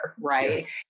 right